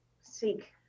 seek